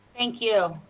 thank you.